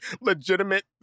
legitimate